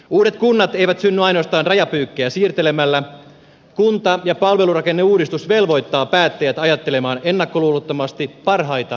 uudet kunnat eivät synny ainoastaan rajapyykkejä siirtelemällä kunta ja palvelurakenneuudistus velvoittaa päättäjät ajattelemaan ennakkoluulottomasti parhaita ratkaisuja